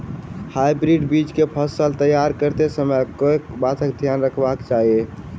Hybrid बीज केँ फसल तैयार करैत समय कऽ बातक ध्यान रखबाक चाहि?